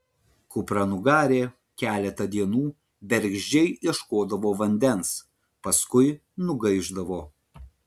kupranugarė keletą dienų bergždžiai ieškodavo vandens paskui nugaišdavo